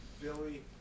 Billy